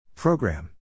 program